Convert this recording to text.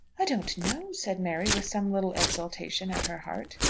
i don't know, said mary, with some little exultation at her heart.